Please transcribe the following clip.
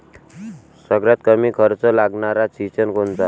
सगळ्यात कमीत कमी खर्च लागनारं सिंचन कोनचं?